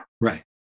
Right